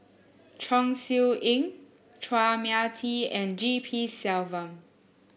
Chong Siew Ying Chua Mia Tee and G P Selvam